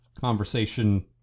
conversation